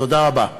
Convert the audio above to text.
תודה רבה.